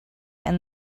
and